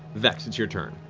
vex, it's your turn.